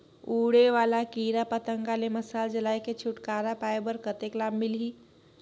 उड़े वाला कीरा पतंगा ले मशाल जलाय के छुटकारा पाय बर कतेक लाभ मिलही?